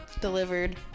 delivered